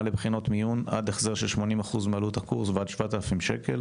לבחינות מיון עד החזר של 80% מעלות מימון הקורס או 7,000 ש"ח